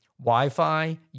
Wi-Fi